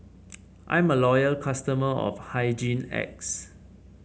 I'm a loyal customer of Hygin X